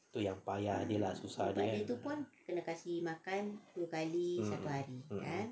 tu yang payah dia lah susah dia kan um um um um